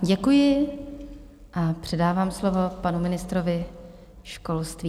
Děkuji a předávám slovo panu ministrovi školství.